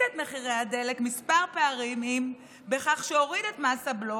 את מחירי הדלק כמה פעמים בכך שהוריד את מס הבלו,